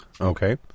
Okay